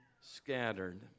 scattered